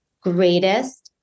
greatest